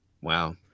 Wow